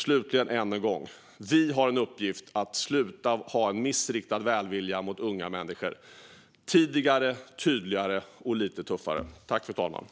Slutligen har vi en uppgift att sluta att ha en missriktad välvilja mot unga människor som begår brott. Det ska vara tidigare, tydligare och lite tuffare åtgärder.